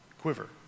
quiver